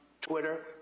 Twitter